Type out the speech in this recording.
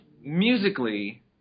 Musically